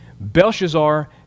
Belshazzar